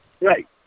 Right